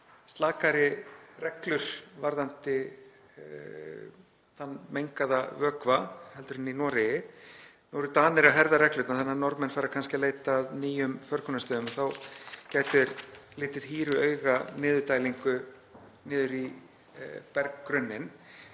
slakari reglur varðandi þann mengaða vökva heldur en í Noregi. Nú eru Danir að herða reglurnar þannig að Norðmenn fara kannski að leita að nýjum förgunarstöðum og þá gætu þeir litið hýru auga niðurdælingu niður í berggrunninn.